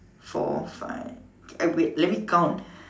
four five eh wait let me count